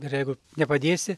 ir jeigu nepadėsi